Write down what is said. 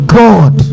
god